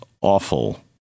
awful